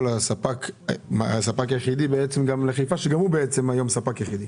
הספק היחיד גם לחיפה שגם הוא ספק יחיד.